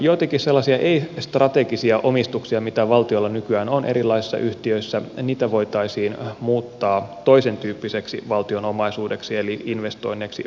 joitakin sellaisia ei strategisia omistuksia mitä valtiolla nykyään on erilaisissa yhtiöissä voitaisiin muuttaa toisentyyppiseksi valtion omaisuudeksi eli investoinneiksi rataverkkoon